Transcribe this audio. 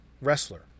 wrestler